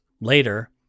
Later